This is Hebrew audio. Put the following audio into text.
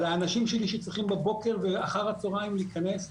על האנשים שלי שצריכים בבוקר ואחר הצוהריים להיכנס.